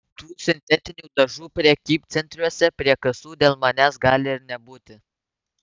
tų sintetinių dažų prekybcentriuose prie kasų dėl manęs gali ir nebūti